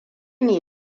ne